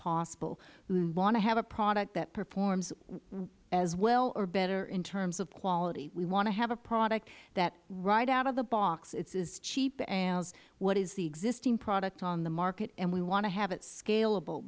possible we want to have a product that performs as well or better in terms of quality we want to have a product that right out of the box it is as cheap as what is the existing product on the market and we want to have it scal